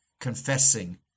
confessing